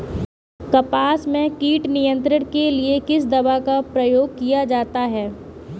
कपास में कीट नियंत्रण के लिए किस दवा का प्रयोग किया जाता है?